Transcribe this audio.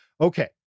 Okay